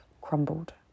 crumbled